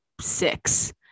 six